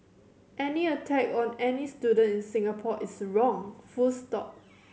any attack on any student in Singapore is wrong full stop